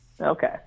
Okay